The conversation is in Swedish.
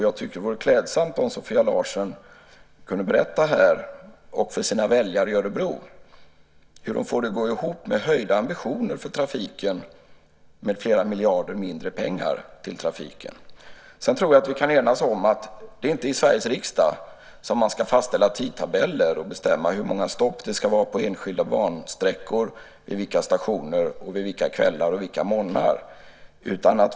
Jag tycker att det vore klädsamt om Sofia Larsen här kunde berätta, och för sina väljare i Örebro, hur hon får det att gå ihop med höjda ambitioner för trafiken med flera miljarder mindre pengar till trafiken. Jag tror att vi kan enas om att det inte är i Sveriges riksdag som man ska fastställa tidtabeller och bestämma hur många stopp det ska vara på enskilda bansträckor, vid vilka stationer, vid vilka kvällar och morgnar.